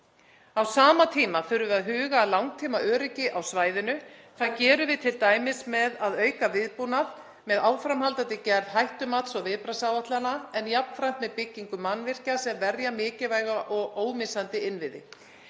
Á sama tíma þurfum við að huga að langtímaöryggi á svæðinu. Það gerum við t.d. með því að auka viðbúnað með áframhaldandi gerð hættumats og viðbragðsáætlana en jafnframt með byggingu mannvirkja sem verja mikilvæga og ómissandi innviði.